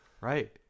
Right